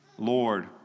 Lord